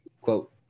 quote